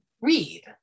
read